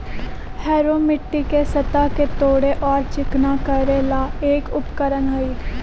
harrow मिट्टी के सतह के तोड़े और चिकना करे ला एक उपकरण हई